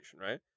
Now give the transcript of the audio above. right